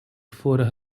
for